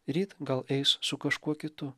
ryt gal eis su kažkuo kitu